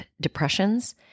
depressions